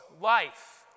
life